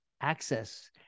access